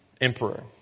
emperor